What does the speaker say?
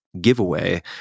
giveaway